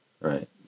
right